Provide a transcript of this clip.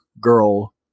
girl